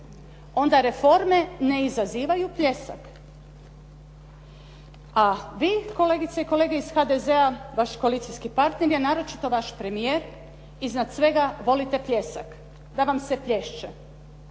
onda reforme ne izazivaju pljesak. A vi, kolegice i kolege iz HDZ-a, vaši koalicijski partneri, a naročito vaš premijer, iznad svega volite pljesak, da vam se plješće.